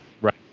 Right